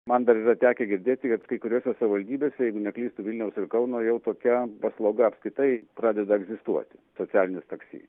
man dar yra tekę girdėti kad kai kuriose savivaldybėse jeigu neklystu vilniaus ir kauno jau tokia paslauga apskritai pradeda egzistuoti socialinis taksi